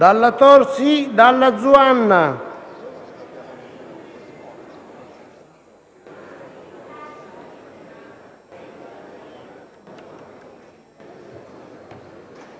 Dalla Tor, Dalla Zuanna,